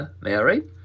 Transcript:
Mary